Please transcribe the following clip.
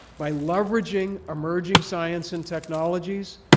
by leveraging emerging science and technologies,